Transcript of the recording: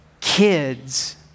kids